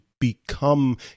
become